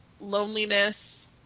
Loneliness